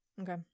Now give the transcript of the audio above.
Okay